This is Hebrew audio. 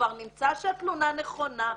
כבר נמצא שהתלונה נכונה,